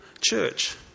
church